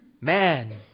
man